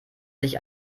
sich